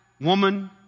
woman